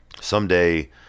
Someday